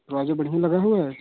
दरवाज़ा बढ़िया लगा है या